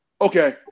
Okay